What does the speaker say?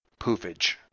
poofage